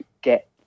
get